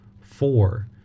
four